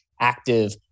active